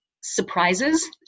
surprises